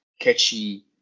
catchy